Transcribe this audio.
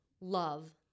love